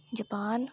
Japan